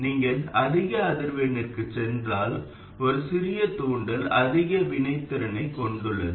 நீங்கள் அதிக அதிர்வெண்ணிற்குச் சென்றால் ஒரு சிறிய தூண்டல் அதிக வினைத்திறனைக் கொண்டுள்ளது